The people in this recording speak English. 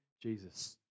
Jesus